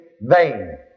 vain